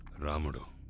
ramudu!